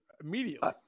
immediately